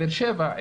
בבאר שבע,